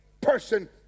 person